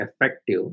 effective